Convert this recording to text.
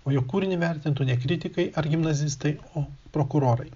o jo kūrinį vertintų ne kritikai ar gimnazistai o prokurorai